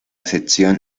sesión